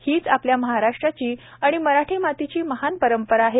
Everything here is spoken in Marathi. हीच आपल्या महाराष्ट्राची आणि मराठी मातीची महान परंपरा आहे